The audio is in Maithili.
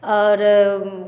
आओर